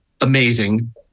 amazing